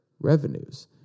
revenues